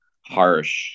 harsh